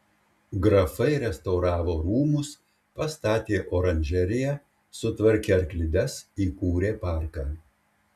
grafai restauravo rūmus pastatė oranžeriją sutvarkė arklides įkūrė parką